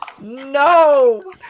No